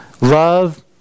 Love